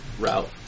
Route